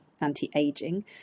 anti-aging